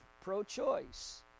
pro-choice